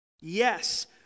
yes